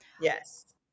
Yes